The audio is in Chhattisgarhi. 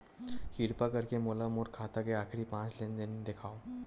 किरपा करके मोला मोर खाता के आखिरी पांच लेन देन देखाव